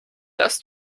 das